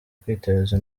kwiteza